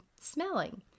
smelling